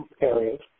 areas